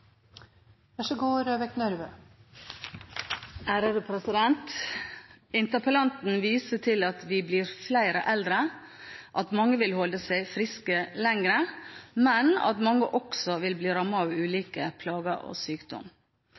Interpellanten viser til at vi blir flere eldre, at mange vil holde seg friske lenger, men at mange også vil bli rammet av ulike plager og sykdom.